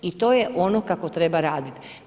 I to je ono kako treba raditi.